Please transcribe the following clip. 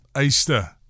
Easter